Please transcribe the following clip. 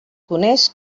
coneix